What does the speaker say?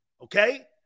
okay